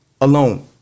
alone